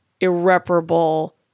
irreparable